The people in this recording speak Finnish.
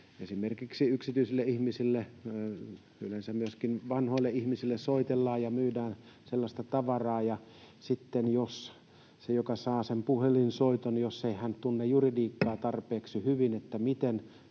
esimerkiksi yksityisille ihmisille, yleensä myöskin vanhoille ihmisille, soitellaan ja myydään tavaraa, ja sitten jos hän, joka saa sen puhelinsoiton, ei tunne juridiikkaa tarpeeksi hyvin, että miten